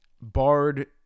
Barred